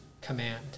command